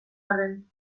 arren